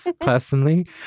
personally